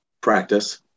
Practice